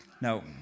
Now